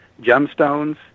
gemstones